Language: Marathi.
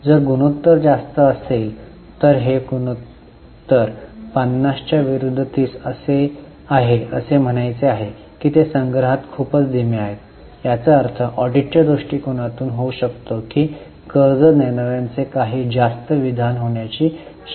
जर गुणोत्तर जास्त असेल तर हे गुणोत्तर 50 च्या विरूद्ध 30 आहे असे म्हणायचे आहे की ते संग्रहात खूपच धीमे आहेत याचा अर्थ ऑडिटच्या दृष्टिकोनातूनही होऊ शकतो की कर्ज देणार्यांचे काही जास्त विधान होण्याची शक्यता आहे